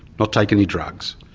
not take any drugs.